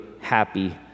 happy